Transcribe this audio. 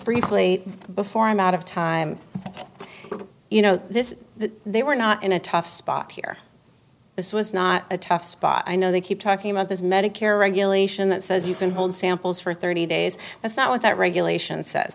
briefly before i'm out of time but you know this they were not in a tough spot here this was not a tough spot i know they keep talking about this medicare regulation that says you can hold samples for thirty days that's not what that regulation says